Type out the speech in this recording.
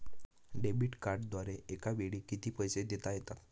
Debit कार्डद्वारे एकावेळी किती पैसे देता येतात?